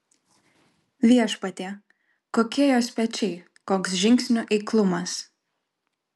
viešpatie kokie jos pečiai koks žingsnių eiklumas